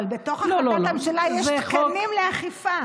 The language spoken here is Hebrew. אבל בתוך החלטת הממשלה יש תקנים לאכיפה.